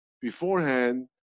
beforehand